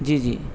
جی جی